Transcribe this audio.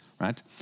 right